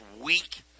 week